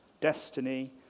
destiny